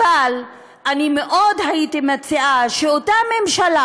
אבל אני הייתי מציעה מאוד שאותה ממשלה